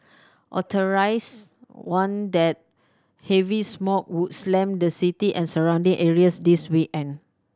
warned that heavy smog would slam the city and surrounding areas this weekend